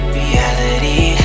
reality